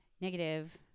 negative